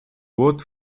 both